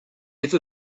ever